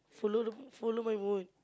follow the m~ follow my mood